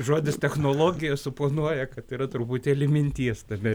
žodis technologijos suponuoja kad yra truputėlį minties tame